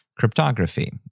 cryptography